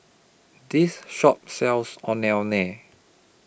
This Shop sells Ondeh Ondeh